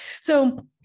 So-